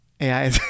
AI